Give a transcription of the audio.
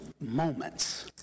moments